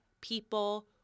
people